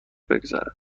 بگذرد